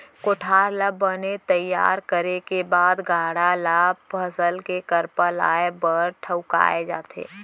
कोठार ल बने तइयार करे के बाद गाड़ा ल फसल के करपा लाए बर ठउकाए जाथे